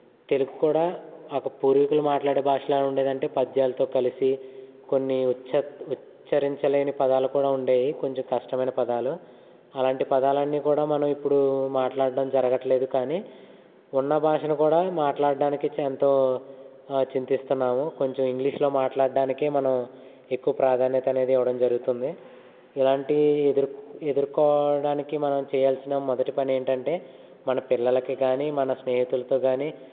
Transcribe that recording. తెలుగు కూడా ఒక పూర్వీకులు మాట్లాడే భాషలా ఉండేదంటే పద్యాలతో కలిసి కొన్ని ఉచ్చర ఉచ్ఛరించలేని పదాలు కూడా ఉండేవి కొంచెం కష్టమైన పదాలు అలాంటి పదాలన్నీ కూడా మనం ఇప్పుడు మాట్లాడటం జరగట్లేదు కానీ ఉన్న భాషను కూడా మాట్లాడడానికి ఎంతో చింతిస్తున్నాము కొంచెం ఇంగ్లీషులో మాట్లాడడానికి మనం ఎక్కువ ప్రాధాన్యత అనేది ఇవ్వడం జరుగుతుంది ఇలాంటి ఎదు ఎదుర్కోవడానికి మనం చేయాల్సిన మొదటి పని ఏంటంటే మన పిల్లలకి కానీ మన స్నేహితులతో కానీ